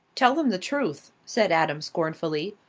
tell them the truth, said adam scornfully,